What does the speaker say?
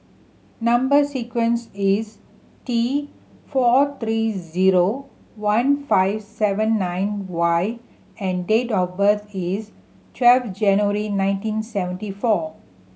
number sequence is T four three zero one five seven nine Y and date of birth is twelve January nineteen seventy four